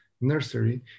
nursery